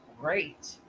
great